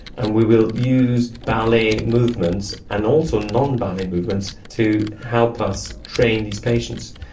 and we will use ballet movements and also non-ballet movements to help us train these patients.